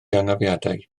anafiadau